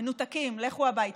מנותקים, לכו הביתה.